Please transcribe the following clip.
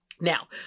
Now